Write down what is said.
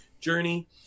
journey